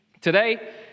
Today